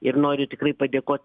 ir noriu tikrai padėkot